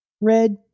Red